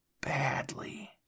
badly